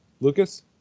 Lucas